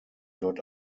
dort